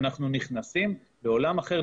אנחנו נכנסים לעולם אחר,